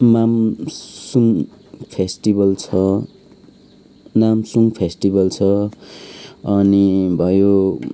माम सुम फेस्टिभल छ नाम्सुङ फेस्टिभल छ अनि भयो